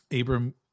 Abram